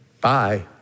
Bye